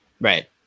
right